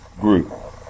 group